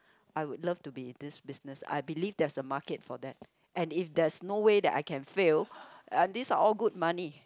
I would love to be in this business I believe there's a market for that and if there's no way that I can fail uh this are all good money